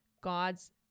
God's